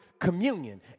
communion